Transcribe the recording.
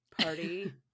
party